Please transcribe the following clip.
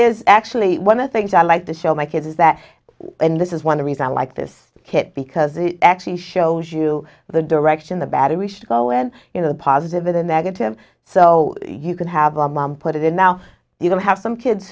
is actually one of the things i like to show my kids is that and this is one reason i like this kid because it actually shows you the direction the battery should go and you know the positive or the negative so you can have a mom put it in now you don't have some kids